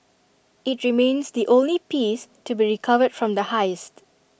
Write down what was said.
IT remains the only piece to be recovered from the heist